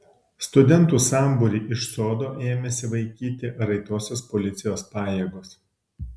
studentų sambūrį iš sodo ėmėsi vaikyti raitosios policijos pajėgos